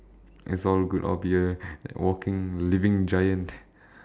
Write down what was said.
it's all good up here like walking living giant